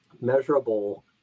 measurable